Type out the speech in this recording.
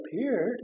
appeared